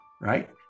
right